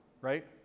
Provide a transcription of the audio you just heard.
right